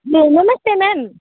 ए नमस्ते म्याम